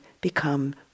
become